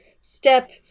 step